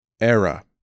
Era